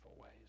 ways